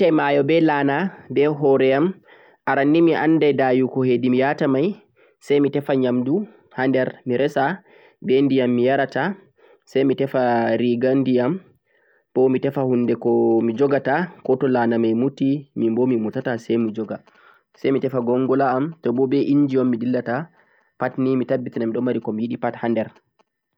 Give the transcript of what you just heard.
tomi nyabɓetai mayo be lana be hore'am, aran nii mi andai dayugo ha pelle miyata mai sai mi tefa nyamdu mi resa be ndiyam mi yarata sai mi tefa riga ndiyam bo mitefa hunde ko mi jogata ko to lanamai muti mimbo mi mutata sai mi joga, sai mi tefa gondola'am tobo be engi'on mi dillata pat nii mi tabbitinai miɗon mari ko mi yiɗe pat ha nder.